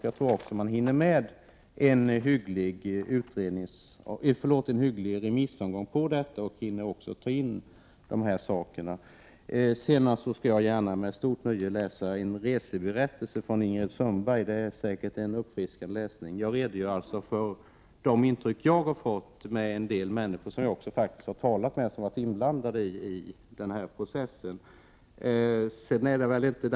Jag tror också man hinner med en hygglig remissomgång av den och hinner ta in de här sakerna. Jag skall gärna med stort nöje läsa Ingrid Sundbergs reseberättelse — det är säkert en uppfriskande läsning. Jag redogjorde för de intryck jag har fått, och jag har faktiskt också talat med en del människor som varit inblandade i den här processen.